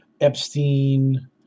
Epstein